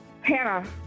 Hannah